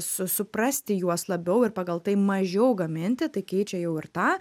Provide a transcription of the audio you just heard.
su suprasti juos labiau ir pagal tai mažiau gaminti tai keičia jau ir tą